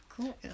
Cool